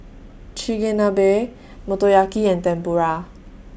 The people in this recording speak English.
Chigenabe Motoyaki and Tempura